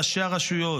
ראשי הרשויות,